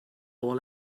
all